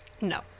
No